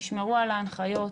תשמרו על ההנחיות,